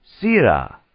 Sira